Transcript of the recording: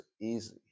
easy